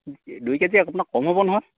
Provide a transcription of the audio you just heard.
দুই কেজিয়ে আপোনাৰ কম হ'ব নহয়